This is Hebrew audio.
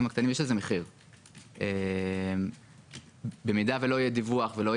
ברור שזה הרבה פחות חזק מהמנגנון שקיים על עסקים גדולים.